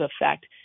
effect